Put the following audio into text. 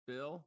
Bill